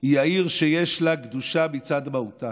היא העיר שיש לה קדֻשה מצד מהותה.